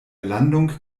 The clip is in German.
landung